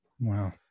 Wow